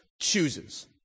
chooses